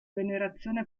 venerazione